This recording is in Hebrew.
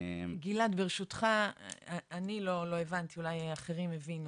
גלעד, ברשותך, אני לא הבנתי, אולי אחרים הבינו.